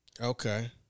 Okay